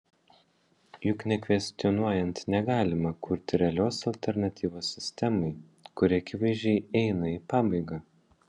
juk nekvestionuojant negalima kurti realios alternatyvos sistemai kuri akivaizdžiai eina į pabaigą